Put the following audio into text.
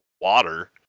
water